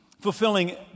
fulfilling